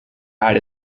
had